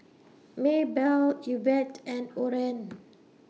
Maebelle Yvette and Oren